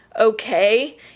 okay